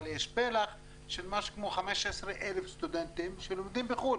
יש פלח של משהו כמו 15,000 סטודנטים שלומדים בחו"ל.